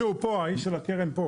מי אחראי על הקרן?